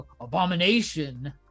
abomination